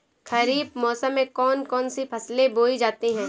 खरीफ मौसम में कौन कौन सी फसलें बोई जाती हैं?